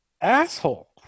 asshole